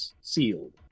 sealed